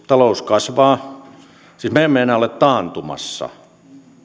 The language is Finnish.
talous kasvaa siis me emme enää ole taantumassa